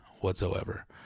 Whatsoever